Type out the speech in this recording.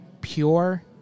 pure